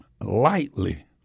lightly